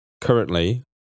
currently